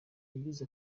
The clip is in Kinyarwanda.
yagize